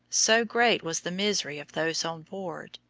so great was the misery of those on board.